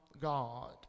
God